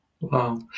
Wow